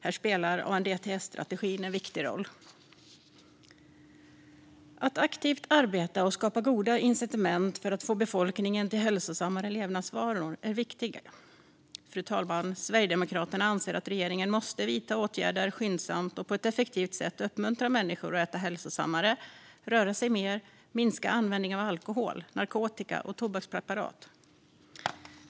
Här spelar ANDTS-strategin en viktig roll. Att aktivt arbeta och skapa goda incitament för att få befolkningen till hälsosammare levnadsvanor är viktigt. Sverigedemokraterna anser att regeringen måste vidta åtgärder skyndsamt och på ett effektivt sätt uppmuntra människor att äta hälsosammare, röra sig mer samt minska användningen av alkohol, narkotika och tobakspreparat.